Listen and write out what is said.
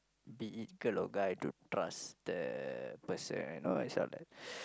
be it girl or guy to trust the person